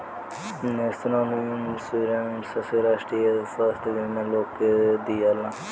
national insurance से राष्ट्रीय स्वास्थ्य बीमा लोग के दियाला